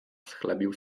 schlebił